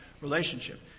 relationship